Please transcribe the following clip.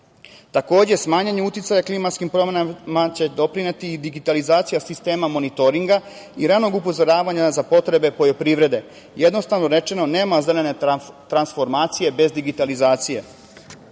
razvoja. Takođe, smanjenje uticaja klimatskim promenama će doprineti digitalizaciji sistema monitoringa i ranog upozoravanja za potrebe poljoprivrede. Jednostavno rečeno, nema zelene transformacije bez digitalizacije. Navodim